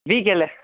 விகேயில்